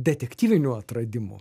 detektyvinių atradimų